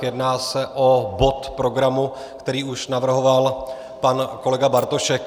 Jedná se o bod programu, který už navrhoval pan kolega Bartošek.